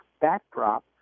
backdrop